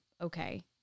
okay